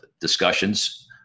discussions